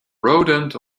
rodent